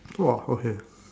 !woah! okay